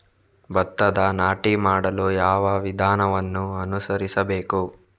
ಭತ್ತದ ನಾಟಿ ಮಾಡಲು ಯಾವ ವಿಧಾನವನ್ನು ಅನುಸರಿಸಬೇಕು?